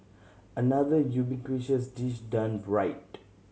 another ubiquitous dish done right